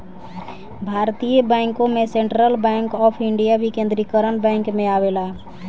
भारतीय बैंकों में सेंट्रल बैंक ऑफ इंडिया भी केन्द्रीकरण बैंक में आवेला